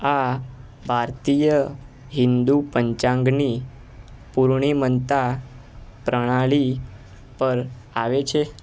આ ભારતીય હિંદુ પંચાંગની પૂર્ણિમંતા પ્રણાલી પર આવે છે